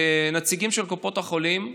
לנציגים של קופות החולים,